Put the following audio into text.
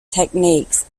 techniques